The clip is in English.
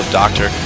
doctor